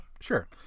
sure